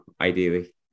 ideally